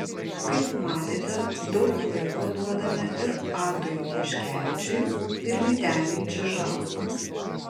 kaip matėte daug laiko duodame ir adui juškevičiui ir vyteniui čižauskui